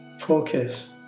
Focus